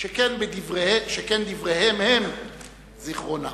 שכן "דבריהם הם זיכרונם".